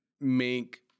make